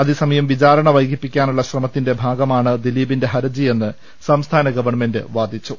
അതേസമയം ് വിചാരണ വൈകിപ്പിക്കാനുള്ള ശ്രമത്തിന്റ ഭാഗമായാണ് ദിലീപിന്റെ ഹർജിയെന്ന് സംസ്ഥാ്ന ഗവൺമെന്റ് വാദിച്ചു